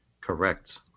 Correct